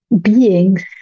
beings